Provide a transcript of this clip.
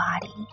body